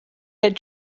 had